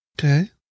okay